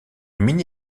mini